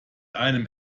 einem